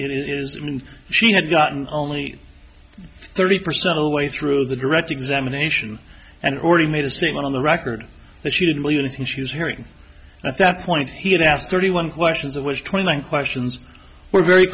call it is when she had gotten only thirty percent of the way through the direct examination and already made a statement on the record that she didn't believe anything she was hearing at that point he had asked thirty one questions it was twenty one questions were very